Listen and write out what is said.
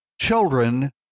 children